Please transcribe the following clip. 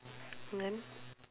and then